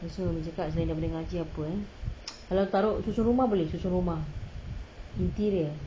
lepas tu umi cakap selain daripada ngaji apa eh kalau taruh susun rumah boleh susun rumah interior